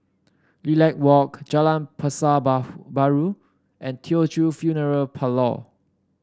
Lilac Walk Jalan Pasar Baru and Teochew Funeral Parlour